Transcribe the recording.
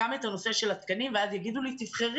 גם את הנושא של התקנים ואז יגידו לי תבחרי,